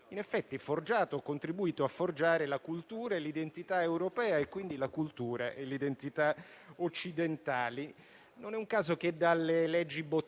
forgiato, o comunque contribuito a forgiare la cultura e l'identità europea e, quindi, la cultura e l'identità occidentali. Non è un caso che dalle cosiddette